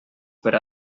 per